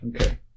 Okay